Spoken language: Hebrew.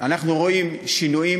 אנחנו רואים שינויים,